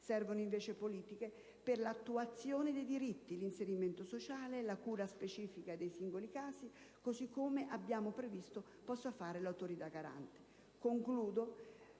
Servono invece politiche per l'attuazione dei diritti, l'inserimento sociale, la cura specifica dei singoli casi, così come abbiamo previsto possa fare l'Autorità garante.